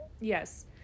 Yes